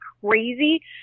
crazy